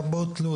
לרבות בלוד,